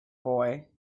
boy